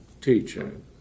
teaching